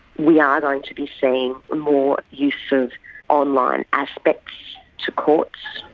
we are going to be seeing more use of online aspects to courts,